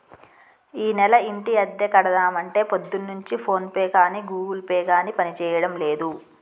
ఈనెల ఇంటి అద్దె కడదామంటే పొద్దున్నుంచి ఫోన్ పే గాని గూగుల్ పే గాని పనిచేయడం లేదు